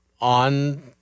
on